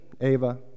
Ava